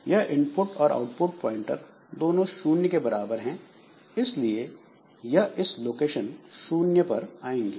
यह इनपुट और output pointer दोनों शून्य के बराबर है इसलिए यह इस लोकेशन 0 पर होंगे